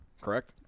Correct